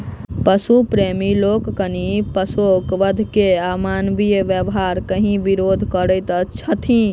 पशु प्रेमी लोकनि पशुक वध के अमानवीय व्यवहार कहि विरोध करैत छथि